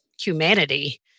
humanity